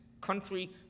country